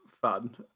fun